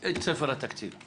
את ספר התקציב.